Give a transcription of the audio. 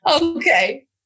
okay